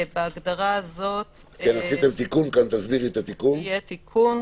בהגדרה הזאת יהיה תיקון,